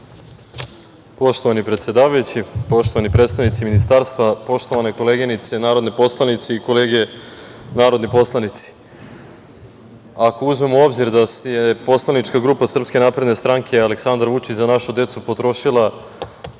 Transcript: Poštovani predsedavajući, poštovani predstavnici Ministarstva, poštovane koleginice narodne poslanice i kolege narodni poslanici. Ako uzmemo u obzir da je poslanička grupa SNS „Aleksandar Vučić – Za našu decu“ potrošila